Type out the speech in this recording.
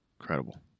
incredible